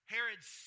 Herod's